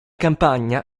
campagna